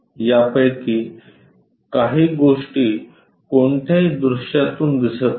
यापैकी काही गोष्टी कोणत्याही दृश्यातून दिसत नाहीत